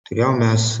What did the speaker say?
turėjom mes